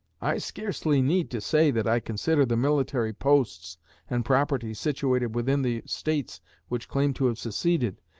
i scarcely need to say that i consider the military posts and property situated within the states which claim to have seceded,